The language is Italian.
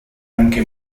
anche